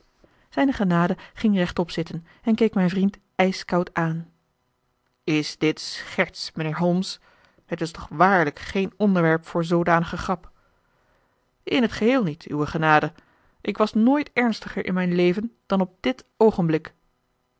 zijne genade ging rechtop zitten en keek mijn vriend ijskoud aan is dit scherts mijnheer holmes het is toch waarlijk geen onderwerp voor zoodanige grap in het geheel niet uwe genade ik was nooit ernstiger in mijn leven dan op dit oogenblik